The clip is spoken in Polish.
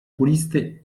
kulisty